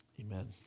Amen